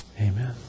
Amen